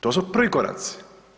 To su prvi koraci.